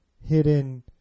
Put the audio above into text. hidden